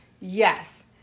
Yes